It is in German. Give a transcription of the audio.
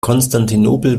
konstantinopel